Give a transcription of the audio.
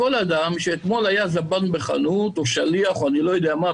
כל אדם שאתמול היה זבן בחנות או שליח או אני לא יודע מה,